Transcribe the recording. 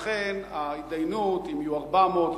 לכן ההתדיינות אם יהיו 400,